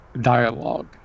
dialogue